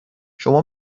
شما